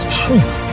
truth